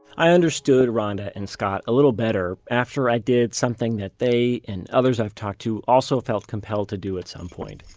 i understood ronda and scott a little better after i did something that they and others i've talked to also felt compelled to do at some point